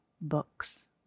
books